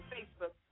Facebook